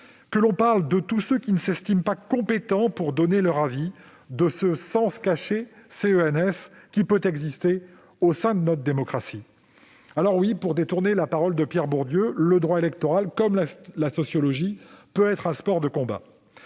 que l'on parle de tous ceux qui ne s'estiment pas compétents pour donner leur avis, de ce « cens caché » qui peut exister au sein de notre démocratie. Oui, pour détourner la parole de Pierre Bourdieu, le droit électoral, comme la sociologie, est un sport de combat,